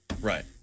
Right